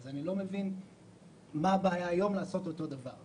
אז אני לא מבין מה הבעיה לעשות אותו דבר היום.